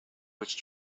which